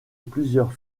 plusieurs